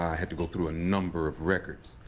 ah had to go through a number of records.